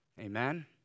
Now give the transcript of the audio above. Amen